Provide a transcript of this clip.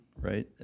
right